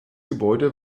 gebäude